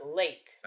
late